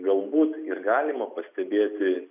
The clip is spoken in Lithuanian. galbūt ir galima pastebėti